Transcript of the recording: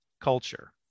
culture